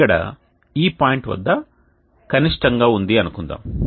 ఇక్కడ ఈ పాయింట్ వద్ద కనిష్టంగా ఉంది అనుకుందాం